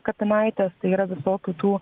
kapinaitės tai yra visokių tų